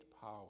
power